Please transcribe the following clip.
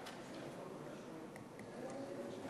חוק הרשויות המקומיות (מימון בחירות) (הוראת שעה),